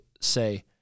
say